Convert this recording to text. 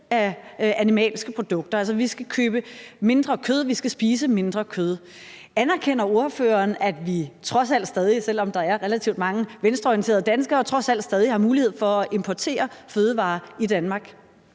af animalske produkter. Vi skal også købe mindre kød, og vi skal spise mindre kød. Anerkender ordføreren, at vi trods alt stadig, selv om der er relativt mange venstreorienterede danskere, har mulighed for at importere fødevarer i Danmark?